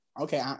okay